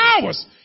hours